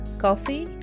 coffee